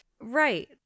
Right